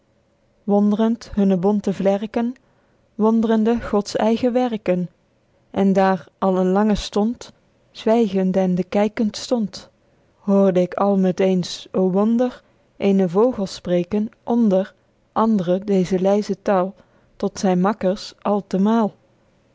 wondrend hunne bonte vlerken wondrende gods eigen werken en daer al een langen stond zwygende ende kykend stond hoorde ik al med eens o wonder eenen vogel spreken onder andren deze lyze tael tot zyn makkers al